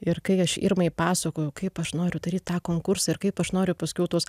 ir kai aš irmai pasakojau kaip aš noriu daryt tą konkursą ir kaip aš noriu paskiau tuos